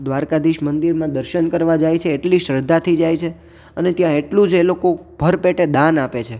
દ્વારિકાધીશ મંદિરમાં દર્શન કરવા જાય છે એટલી શ્રદ્ધાથી જાય છે અને ત્યાં એટલું જ એ લોકો ભરપેટે દાન આપે છે